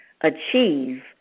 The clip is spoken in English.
achieve